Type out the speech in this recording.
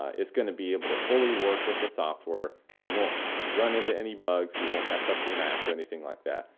it's going to be able to fully work with the software you won't run into any bugs, you won't mess up your mac or anything like that,